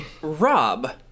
Rob